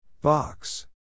Box